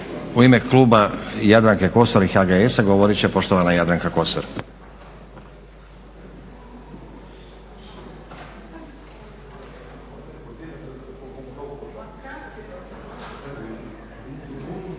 U ime Kluba Jadranke Kosor i HGS-a govorit će poštovana Jadranka Kosor.